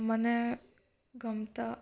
મને ગમતા